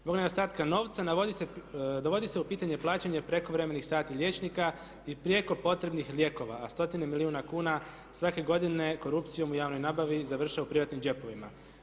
Zbog nedostatka novca dovodi se u pitanje plaćanje prekovremenih sati liječnika i preko potrebnih lijekova, a stotine milijuna kuna svake godine korupcijom u javnoj nabavi završe u privatnim džepovima.